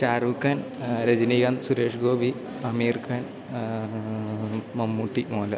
Shahrukh Khan Rajinikanth Suresh Gopi Aamir Khan Mammootty Mohanlal